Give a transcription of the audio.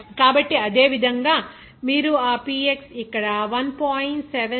కాబట్టి అదే విధంగా మీరు ఆ Px ఇక్కడ 1